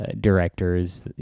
directors